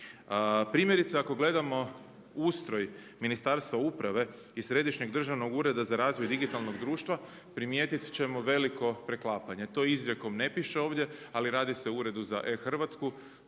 Primjerice ako gledamo ustroj Ministarstva uprave i Središnjeg državnog ureda za razvoj digitalnog društva primijetit ćemo velimo preklapanje. To izrijekom ne piše ovdje, ali se o Uredu za e-Hrvatsku,